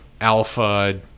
Alpha